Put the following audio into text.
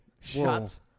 Shots